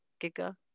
Giga